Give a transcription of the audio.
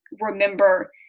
remember